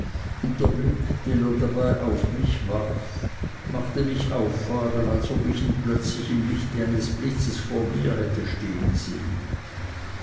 der blick den er dabei auf mich warf machte mich auffahren als ob ich ihn plötzlich im licht eines blitzes vor mir hätte stehen sehen